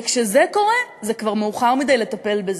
וכשזה קורה כבר מאוחר מדי לטפל בזה.